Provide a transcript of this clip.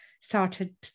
Started